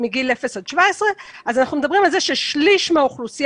מגיל 0 17. אנחנו מדברים על זה ששליש מהאוכלוסייה,